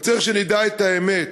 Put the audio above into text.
אבל צריך שנדע את האמת: